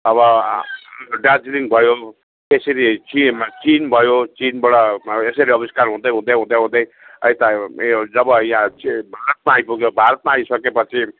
अब दार्जिलिङ भयो त्यसरी चिन चिन भयो चिनबाट यसरी आविस्कार हुँदै हुँदै हुँदै हुँदै यता ऊ यो जब यहाँ भारतमा आइपुग्यो भारतमा आइसके पछि